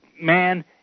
man